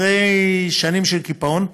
אחרי שנים של קיפאון,